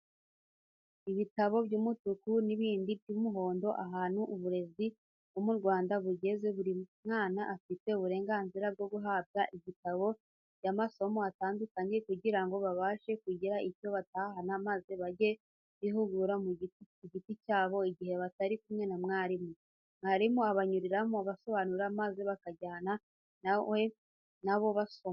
Ibitabo by'umutuku n'ibindi by'umuhondo, ahantu uburezi bwo mu Rwanda bugeze buri mwana afite uburenganzira bwo guhabwa ibitabo by'amasomo atandukanye kugira ngo babashe kugira icyo batahana maze bajye bihugura ku giti cyabo igihe batari kumwe na mwarimu, mwarimu abanyuriramo abasobanurira maze bakajyana na we na bo basoma.